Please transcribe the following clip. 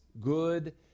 good